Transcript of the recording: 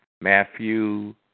Matthew